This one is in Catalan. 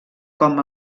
com